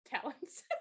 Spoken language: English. talents